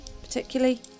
particularly